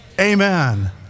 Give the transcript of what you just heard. Amen